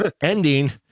ending